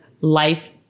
life